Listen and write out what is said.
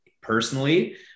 personally